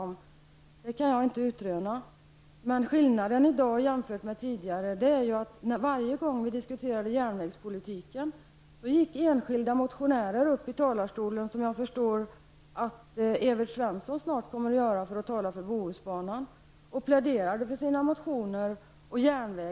Varje gång när vi tidigare diskuterat järnvägspolitiken gick enskilda motionärer upp i talarstolen och pläderade för sina motioner för järnvägen inom sina resp. regioner och län -- på det sätt som jag förstår att Evert Svensson snart kommer att göra för att tala för Bohusbanan. Detta har nästan upphört.